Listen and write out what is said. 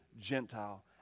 Gentile